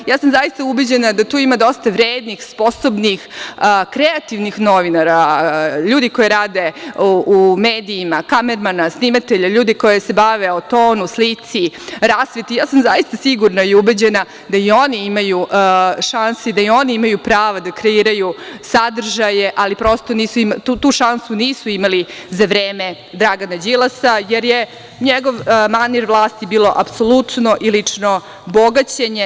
Zaista sam ubeđena da tu ima dosta vrednih, sposobnih, kreativnih novinara, ljudi koji rade u medijima, kamermana, snimatelja, ljudi koji se bave o tonu, slici, rasveti i zaista sam sigurna i ubeđena da i oni imaju šanse, da i oni imaju prava da kreiraju sadržaje, ali prosto tu šansu nisu imali za vreme Dragana Đilasa, jer je njegov manir vlasti bilo apsolutno i lično bogaćenje.